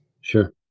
Sure